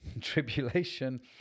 Tribulation